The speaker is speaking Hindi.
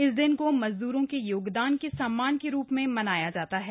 इस दिन को मजदूरों के योगदान के सम्मान के रूप में मनाया जाता है